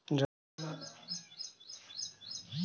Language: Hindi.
जैविक खाद को बढ़ावा देने के लिए एफ.एस.एस.ए.आई कदम उठा रही है